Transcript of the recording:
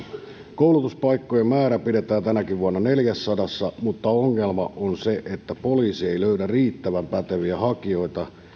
koulutuspaikkojen määrä pidetään tänäkin vuonna neljässäsadassa mutta ongelma on se että ei löydy riittävän päteviä hakijoita